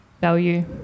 value